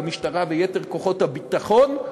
המשטרה ויתר כוחות הביטחון,